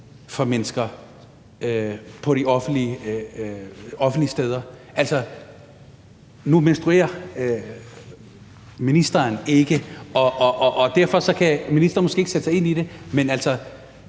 for mennesker på offentlige steder? Altså, nu menstruerer ministeren ikke, og derfor kan ministeren måske ikke sætte sig ind i det, men